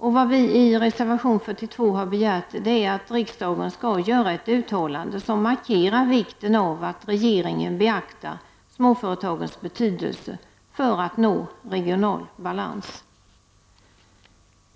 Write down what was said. Vi har i reservation 42 begärt att riksdagen skall göra ett uttalande som markerar vikten av att regeringen beaktar småföretagens betydelse för att nå regional balans.